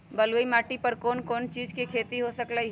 बलुई माटी पर कोन कोन चीज के खेती हो सकलई ह?